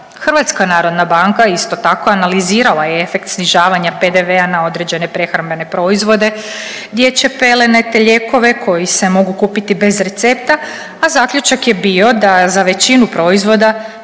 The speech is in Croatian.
repromaterijala. HNB isto tako analizirala je efekt snižavanja PDV-a na određene prehrambene proizvode, dječje pelene, te lijekove koji se mogu kupiti bez recepta, a zaključak je bio da za većinu proizvoda